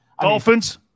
Dolphins